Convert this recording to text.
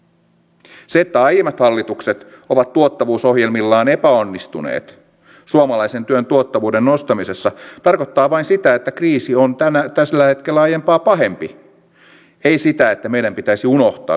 se että aiemmat hallitukset ovat tuottavuusohjelmillaan epäonnistuneet suomalaisen työn tuottavuuden nostamisessa tarkoittaa vain sitä että kriisi on tällä hetkellä aiempaa pahempi ei sitä että meidän pitäisi unohtaa koko tuottavuus